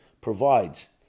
provides